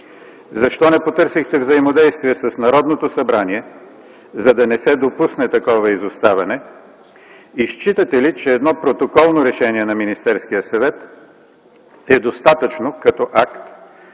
Защо не потърсихте взаимодействие с Народното събрание, за да не се допусне такова изоставане? И считате ли, че едно Протоколно решение на Министерския съвет е достатъчно като акт,